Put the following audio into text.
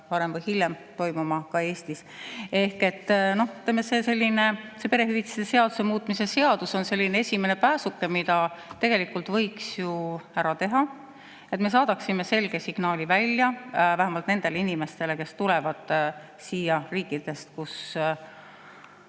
varem või hiljem toimuma ka Eestis. See perehüvitiste seaduse muutmise seadus on selline esimene pääsuke, mille tegelikult võiks ju ära teha. Me saadaksime välja selge signaali, vähemalt nendele inimestele, kes tulevad siia riikidest, kus